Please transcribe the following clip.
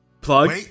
Plug